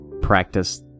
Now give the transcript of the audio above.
...practice